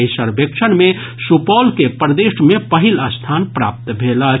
एहि सर्वेक्षण मे सुपौल के प्रदेश मे पहिल स्थान प्राप्त भेल अछि